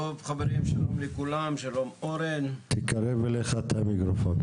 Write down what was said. שלום חברים, שלום לכולם, שלום אורן, יושב הראש.